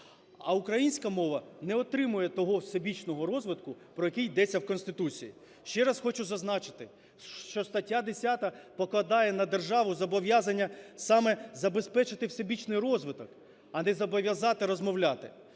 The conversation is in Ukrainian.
а українська мова не отримає того всебічного розвитку, про який йдеться в Конституції. Ще раз хочу зазначити, що стаття 10 покладає на державу зобов'язання саме забезпечити всебічний розвиток, а не зобов'язати розмовляти.